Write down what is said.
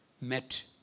met